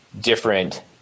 different